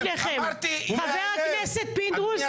חבר הכנסת פינדרוס,